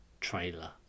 trailer